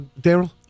daryl